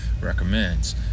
Recommends